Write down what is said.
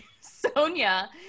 Sonia